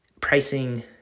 pricing